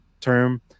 term